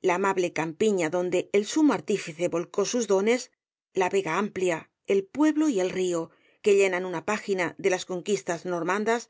la amable campiña donde el sumo artífice volcó sus dones la vega amplia el pueblo y el río que llenan una página de las conquistas normandas